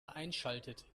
einschaltet